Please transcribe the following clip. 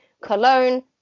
Cologne